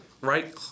right